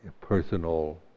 personal